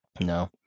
No